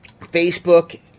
Facebook